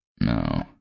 No